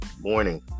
morning